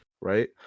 Right